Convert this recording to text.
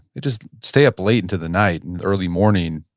they just stay up late into the night, and early morning,